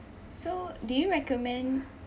so do you recommend